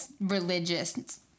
religious